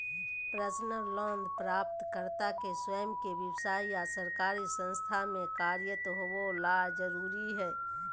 personal loan प्राप्तकर्ता के स्वयं के व्यव्साय या सरकारी संस्था में कार्यरत होबे ला जरुरी हइ